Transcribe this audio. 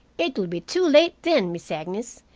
it will be too late then, miss agnes.